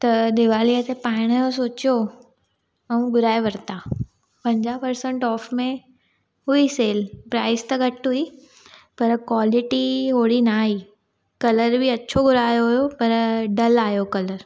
त दीवालीअ ते पाइण जो सोचियो ऐ घुराए वरिता पंजाहु परसंट ऑफ में हुई सेल प्राइज़ त घटि हुई पर क्वालिटी ओहिड़ी ना आई कलर बि अछो घुरायो हुओ पर डल आहियो कलर